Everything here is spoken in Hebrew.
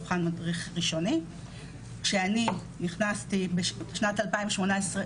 כשאני נכנסתי בשנת 2018,